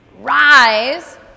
rise